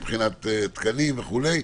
מבחינת תקנים וכו'?